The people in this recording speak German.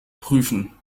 prüfen